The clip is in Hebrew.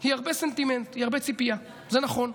היא הרבה סנטימנט, היא הרבה ציפייה, זה נכון,